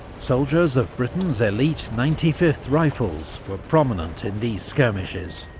soldiers of britain's elite ninety fifth rifles were prominent in these skirmishes.